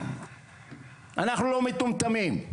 אנחנו מטומטמים,